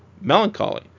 melancholy